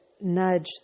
nudge